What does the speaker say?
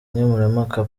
nkemurampaka